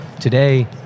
today